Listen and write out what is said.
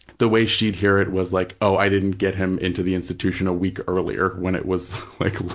the way she'd hear it was like, oh, i didn't get him into the institution a week earlier when it was like,